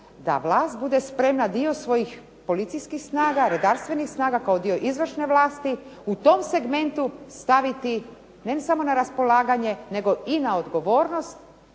da vlast bude spremna dio svojih policijskih snaga, redarstvenih snaga kao dio izvršne vlasti u tom segmentu staviti ne samo na raspolaganje nego i na odgovornost